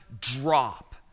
drop